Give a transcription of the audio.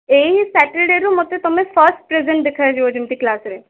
ଏଇ ସ୍ୟାଟର୍ଡ଼େରୁ ମୋତେ ତୁମେ ଫାର୍ଷ୍ଟ ପ୍ରେଜେଣ୍ଟ ଦେଖାଯିବ ଯେମିତି କ୍ଳାସ୍ରେ